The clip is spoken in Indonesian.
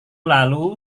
lalu